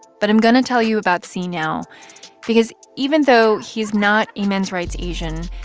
but i'm going to tell you about c now because even though he's not a men's rights asian,